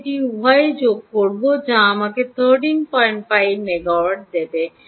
আমি এটি উভয়ই যোগ করব যা আমাকে 135 মেগাওয়াট দেবে